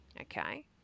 Okay